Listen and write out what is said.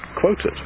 quoted